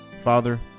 Father